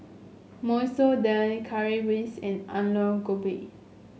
Masoor Dal Currywurst and Alu Gobi